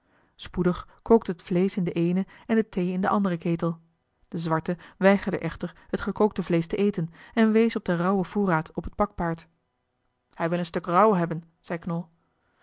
spoedig kookte het vleesch in den eenen en de thee in den anderen ketel de zwarte weigerde echter het gekookte vleesch te eten en wees op den rauwen voorraad op het pakpaard hij wil een stuk rauw hebben zei knol